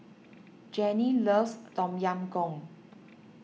Jannie loves Tom Yam Goong